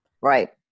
Right